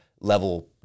level